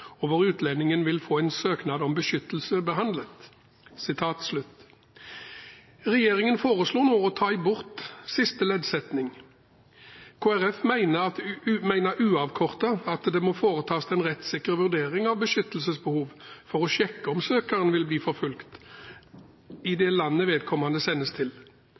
og hvor utlendingen vil få en søknad om beskyttelse behandlet». Regjeringen foreslår nå å ta bort siste leddsetning. Kristelig Folkeparti mener uavkortet at det må foretas en rettssikker vurdering av beskyttelsesbehov for å sjekke om søkeren vil bli forfulgt i det landet vedkommende sendes til.